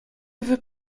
veux